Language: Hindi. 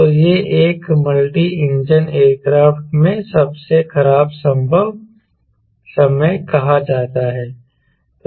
तो यह एक मल्टी इंजन एयरक्राफ्ट में सबसे खराब संभव समय कहा जाता है